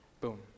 boom